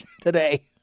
today